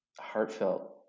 heartfelt